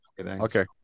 okay